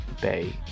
Bay